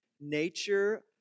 nature